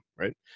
right